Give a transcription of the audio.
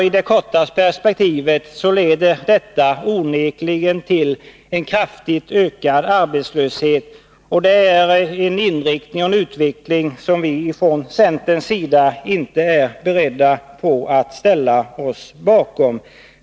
I det korta perspektivet leder detta onekligen till en kraftigt ökad arbetslöshet, och det är en utveckling som vi från centerns sida inte är beredda att ställa oss bakom.